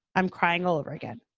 i'm crying all over again.